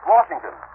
Washington